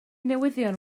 newyddion